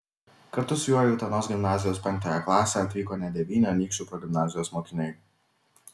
kartu su juo į utenos gimnazijos penktąją klasę atvyko net devyni anykščių progimnazijos mokiniai